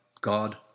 God